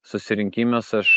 susirinkimas aš